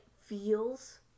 feels